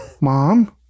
Mom